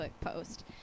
post